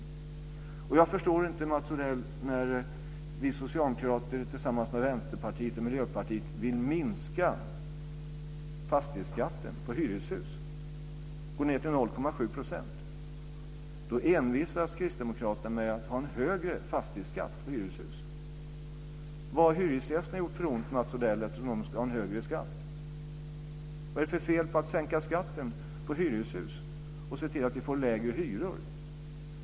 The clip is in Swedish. Inte heller förstår jag detta, Mats Odell: När vi socialdemokrater tillsammans med Vänsterpartiet och Miljöpartiet vill minska fastighetsskatten på hyreshus till 0,7 % envisas Kristdemokraterna med att ha en högre fastighetsskatt på hyreshus. Vad har hyresgästerna gjort för ont, Mats Odell, eftersom de ska ha en högre skatt? Vad är det för fel på att sänka skatten på hyreshus och se till att vi får lägre hyror?